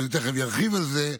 ואני תכף ארחיב על זה,